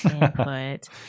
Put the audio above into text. input